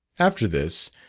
after this,